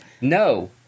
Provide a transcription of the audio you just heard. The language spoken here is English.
No